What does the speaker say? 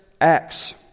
acts